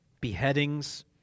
beheadings